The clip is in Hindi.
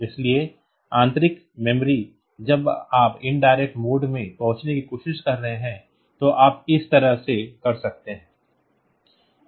इसलिए आंतरिक मेमोरी जब आप indirect मोड में पहुंचने की कोशिश कर रहे हैं तो आप इसे इस तरह से कर सकते हैं